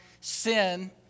sin